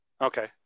Okay